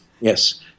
Yes